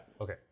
okay